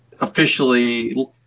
officially